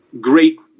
Great